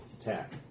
Attack